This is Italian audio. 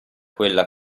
quella